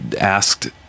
asked